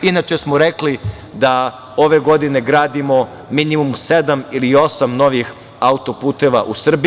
Inače smo rekli da ove godine gradimo minimum sedam ili osam novih autoputeva u Srbiji.